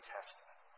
Testament